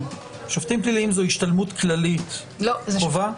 שופטים שאולי גם אחרי השתלמות לא יידעו להתנהל בסיטואציה,